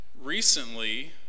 recently